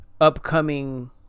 upcoming